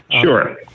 Sure